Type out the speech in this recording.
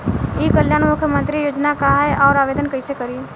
ई कल्याण मुख्यमंत्री योजना का है और आवेदन कईसे करी?